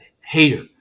hater